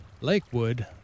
Lakewood